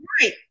right